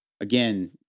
again